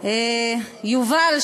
יובל,